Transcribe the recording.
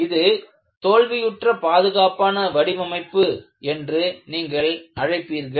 இதை தோல்வியுற்ற பாதுகாப்பான வடிவமைப்பு என நீங்கள் அழைப்பீர்கள்